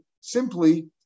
Simply